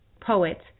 poet